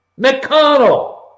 McConnell